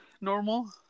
normal